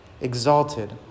exalted